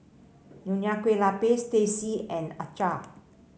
Nonya Kueh Lapis Teh C and acar